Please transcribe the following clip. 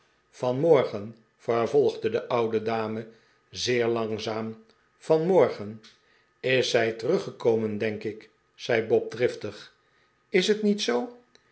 vanmorgen vervolgde de oude dame zeer langzaam vanmorgen is zij teruggekomen denk ik zei bob driftig is het niet zoo